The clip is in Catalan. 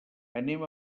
anem